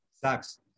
sucks